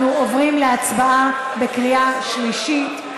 אנחנו עוברים להצבעה בקריאה שלישית על כל החוק.